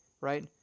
right